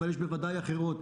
אבל יש ודאי אחרות,